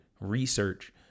research